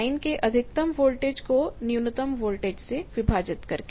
line के अधिकतम voltage को न्यूनतम वोल्टेज से विभाजित करके